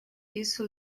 isso